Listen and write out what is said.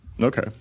Okay